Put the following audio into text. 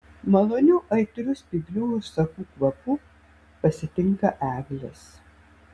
maloniu aitriu spyglių ir sakų kvapu pasitinka eglės